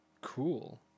cool